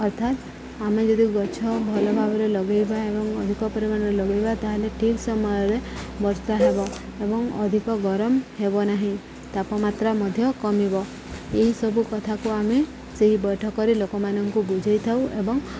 ଅର୍ଥାତ ଆମେ ଯଦି ଗଛ ଭଲ ଭାବରେ ଲଗେଇବା ଏବଂ ଅଧିକ ପରିମାଣରେ ଲଗେଇବା ତାହେଲେ ଠିକ୍ ସମୟରେ ବର୍ଷା ହେବ ଏବଂ ଅଧିକ ଗରମ ହେବ ନାହିଁ ତାପମାତ୍ରା ମଧ୍ୟ କମିବ ଏହିସବୁ କଥାକୁ ଆମେ ସେହି ବୈଠକ କରି ଲୋକମାନଙ୍କୁ ବୁଝେଇଥାଉ ଏବଂ